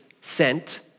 sent